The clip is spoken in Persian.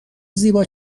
زیبا